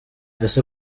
ese